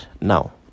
Now